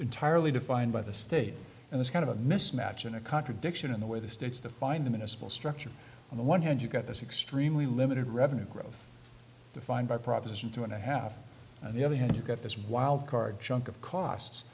entirely defined by the state and it's kind of a mismatch in a contradiction in the way the states to find them in a civil structure on the one hand you've got this extremely limited revenue growth defined by proposition two and a half on the other hand you've got this wild card chunk of cost